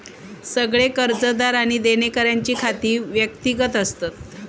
सगळे कर्जदार आणि देणेकऱ्यांची खाती व्यक्तिगत असतत